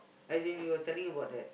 as in you are telling about that